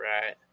Right